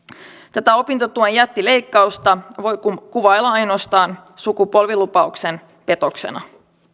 tätä opintotuen jättileikkausta voi kuvailla ainoastaan sukupolvilupauksen petoksena